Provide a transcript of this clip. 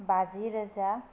बाजि रोजा